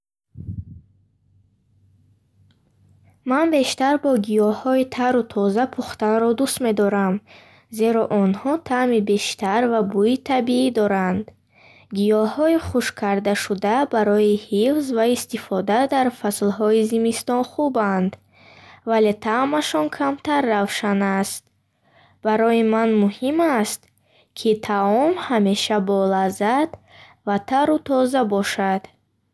Ман бештар бо гиёҳҳои тару тоза пухтанро дӯст медорам, зеро онҳо таъми бештар ва бӯи табиӣ доранд. Гиёҳҳои хушккардашуда барои ҳифз ва истифода дар фаслҳои зимистон хубанд, вале таъмашон камтар равшан аст. Барои ман муҳим аст, ки таом ҳамеша болаззат ва тару тоза бошад.